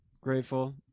Grateful